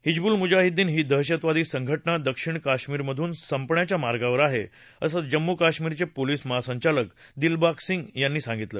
हिजबूल मुजाहिदीन ही दहशतवादी संघ जा दक्षिण कश्मीरमधून संपण्याच्या मार्गावर आहे असं जम्मू कश्मीरचे पोलीस महासंचालक दिलबाग सिंग यांनी सांगितलं